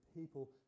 people